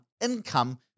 income